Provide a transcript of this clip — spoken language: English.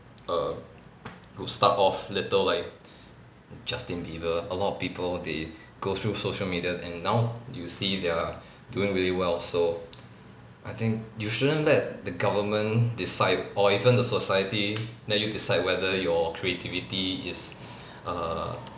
err who start off little like justin bieber a lot of people they go through social media and now you see they're doing really well so I think you shouldn't let the government decide or even the society let you decide whether your creativity is err